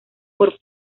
por